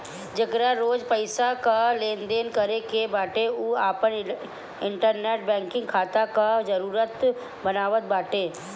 जेकरा रोज पईसा कअ लेनदेन करे के बाटे उ आपन इंटरनेट बैंकिंग खाता तअ जरुर बनावत बाटे